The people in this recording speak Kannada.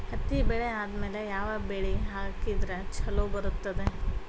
ಹತ್ತಿ ಬೆಳೆ ಆದ್ಮೇಲ ಯಾವ ಬೆಳಿ ಹಾಕಿದ್ರ ಛಲೋ ಬರುತ್ತದೆ?